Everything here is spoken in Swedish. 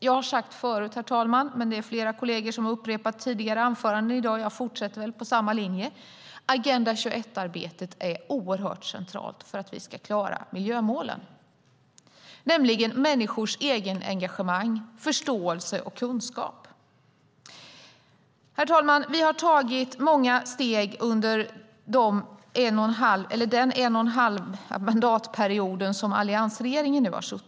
Jag har sagt det förut, och det är flera kolleger som har sagt det i tidigare anföranden i dag, så jag fortsätter väl på samma linje: Agenda 21-arbetet är oerhört centralt för att vi ska klara miljömålen. Det handlar om människors eget engagemang, förståelse och kunskap. Herr talman! Vi har tagit många steg under den en och en halv mandatperiod som alliansregeringen nu har regerat.